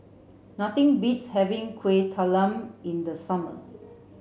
nothing beats having kueh talam in the summer